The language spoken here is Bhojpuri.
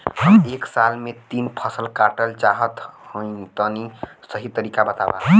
हम एक साल में तीन फसल काटल चाहत हइं तनि सही तरीका बतावा?